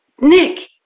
Nick